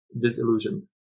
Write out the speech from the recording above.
disillusioned